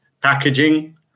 packaging